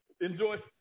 Enjoy